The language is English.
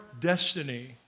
destiny